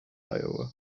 iowa